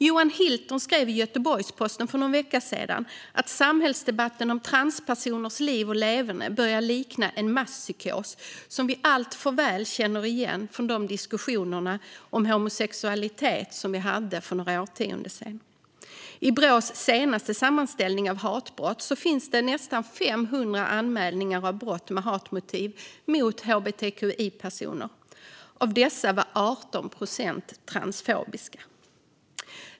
Johan Hilton skrev i Göteborgs-Posten för någon vecka sedan att samhällsdebatten om transpersoners liv och leverne börjar likna en masspsykos som vi alltför väl känner igen från diskussionerna om homosexualitet för några årtionden sedan. I Brås senaste sammanställning av hatbrott finns nästan 500 anmälningar av brott med hatmotiv mot hbtqi-personer. Av dessa är 18 procent transfobiska.